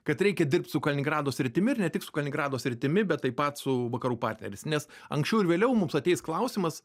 kad reikia dirbt su kaliningrado sritimi ir ne tik su kaliningrado sritimi bet taip pat su vakarų partneriais nes anksčiau ar vėliau mums ateis klausimas